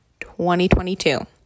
2022